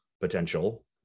potential